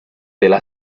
della